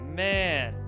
man